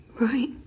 Right